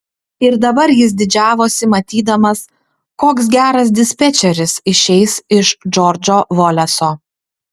ir dabar jis didžiavosi matydamas koks geras dispečeris išeis iš džordžo voleso